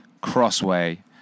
crossway